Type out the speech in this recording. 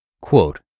Quote